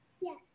yes